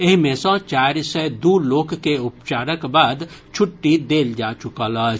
एहि मे सॅ चारि सय दू लोक के उपचारक बाद छुट्टी देल जा चुकल अछि